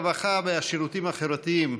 הרווחה והשירותים החברתיים,